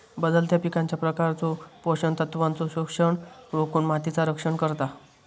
बदलत्या पिकांच्या प्रकारचो पोषण तत्वांचो शोषण रोखुन मातीचा रक्षण करता